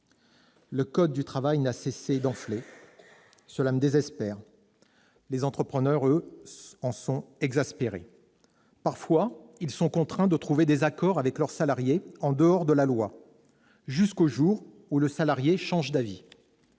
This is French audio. Le code du travail n'a cessé d'enfler ... Cela me désespère. Les entrepreneurs, eux, sont exaspérés. Parfois, ils sont contraints de trouver des accords avec leurs salariés en dehors de la loi ... jusqu'au jour où ces derniers changent d'avis.